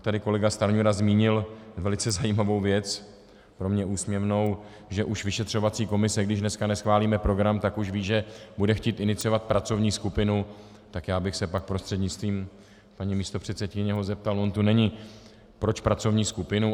Pak tady kolega Stanjura zmínil velice zajímavou věc, pro mě úsměvnou, že už vyšetřovací komise, když dneska neschválíme program, tak už ví, že bude chtít iniciovat pracovní skupinu, tak já bych se ho pak prostřednictvím paní místopředsedkyně zeptal on tu není proč pracovní skupinu?